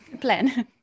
Plan